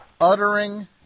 uttering